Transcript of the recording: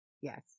Yes